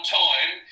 time